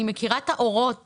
אני מכירה את האורות